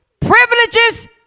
privileges